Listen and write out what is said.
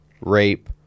Rape